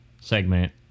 segment